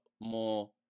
more